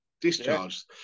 discharged